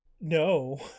No